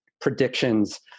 predictions